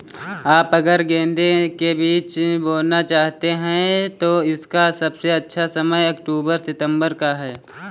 आप अगर गेंदे के बीज बोना चाहते हैं तो इसका सबसे अच्छा समय अक्टूबर सितंबर का है